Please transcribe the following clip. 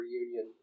reunion